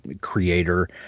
creator